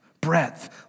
breadth